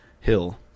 Hill